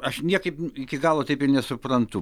aš niekaip iki galo taip ir nesuprantu